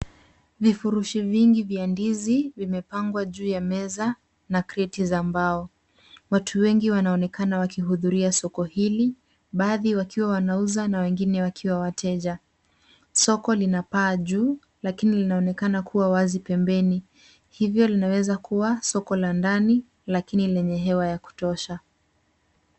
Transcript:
Vifurushi vingi vya ndizi vimepangwa juu ya meza na kreti za mbao. Watu wengi wanaonekana wakihudhuria soko hili, baadhi wakiwa wanauza na wengine wakiwa wateja. Soko lina paa juu lakini linaonekana kuwa wazi pembeni, hivyo linaweza kuwa soko la ndani lakini lenye hewa ya kutosha.